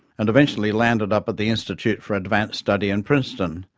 and eventually landed up at the institute for advanced study in princeton,